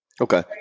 Okay